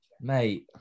Mate